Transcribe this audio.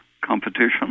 competition